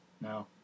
No